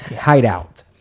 hideout